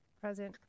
Present